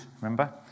remember